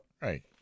right